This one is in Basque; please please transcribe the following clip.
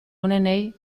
onenei